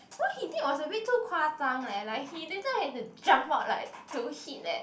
what he did was a bit too kua zhang leh like he literal have to jump up like to hit leh